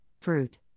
fruit